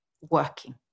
working